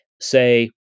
say